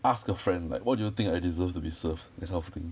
ask a friend like what do you think I deserve to be served that kind of thing